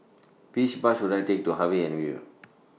Which Bus should I Take to Harvey Avenue